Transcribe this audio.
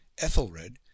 Ethelred